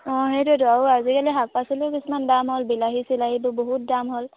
অঁ সেইটোৱেইটো আৰু আজিকালি শাক পাচলিও কিছমান দাম হ'ল বিলাহী চিলাহীটো বহুত দাম হ'ল